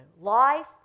life